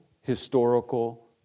historical